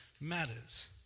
matters